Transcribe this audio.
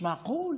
(אומר בערבית: